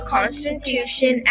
Constitution